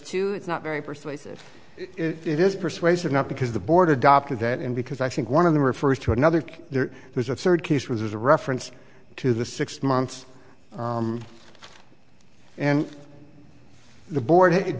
two it's not very persuasive if it is persuasive not because the board adopted it and because i think one of them refers to another there's a third case was a reference to the six months and the board